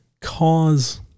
cause